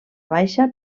baixa